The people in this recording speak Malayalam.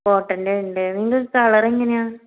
കോട്ടൻ്റെ ഉണ്ട് നിങ്ങൾക്ക് കളറെങ്ങനെയാണ്